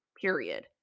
period